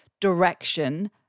direction